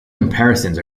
comparisons